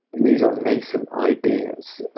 these are nascent ideas,